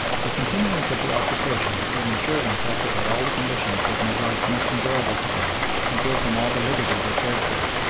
the continuance of the occupation would ensure them practically all the conditions that made life most enjoyable to them and gave them all the liberty they cared for,